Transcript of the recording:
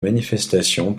manifestations